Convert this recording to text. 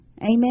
Amen